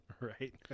Right